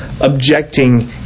objecting